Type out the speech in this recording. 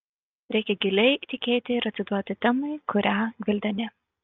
reikia giliai tikėti ir atsiduoti temai kurią gvildeni